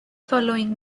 following